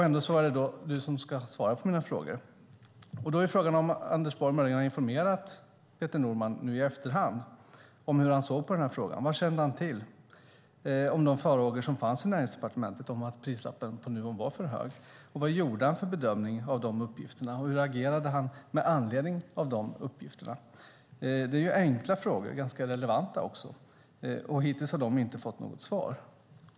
Ändå är det han som ska svara på mina frågor. Då är frågan om Anders Borg möjligen har informerat Peter Norman nu i efterhand om hur han såg på den här frågan. Vad kände han till om de farhågor som fanns i Näringsdepartementet om att priset kunde vara för högt? Vad gjorde han för bedömning av dessa uppgifter och hur agerade han med anledning av uppgifterna? Det är enkla frågor och också ganska relevanta, och hittills har de inte fått något svar.